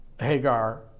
Hagar